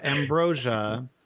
Ambrosia